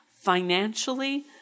financially